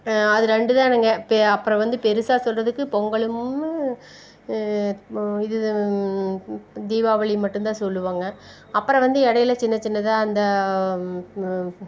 அது ரெண்டுதானுங்க பெ அப்புறம் வந்து பெருசாக சொல்கிறதுக்கு பொங்கலும் போ இது தீபாவளியும் மட்டும் தான் சொல்லுவோங்க அப்புறம் வந்து இடையில சின்ன சின்னதாக அந்த